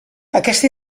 aquesta